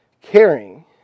caring